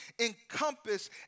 encompass